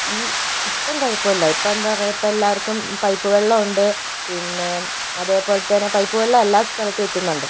ഈ ഇപ്പം കുഴപ്പമില്ല ഇപ്പം എന്താ പറയുക ഇപ്പം എല്ലാവർക്കും പൈപ്പ് വെള്ളമുണ്ട് പിന്നെ അതേപോലെ തന്നെ പൈപ്പ് വെള്ളം എല്ലാ സ്ഥലത്തും എത്തുന്നുണ്ട്